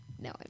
No